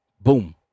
Boom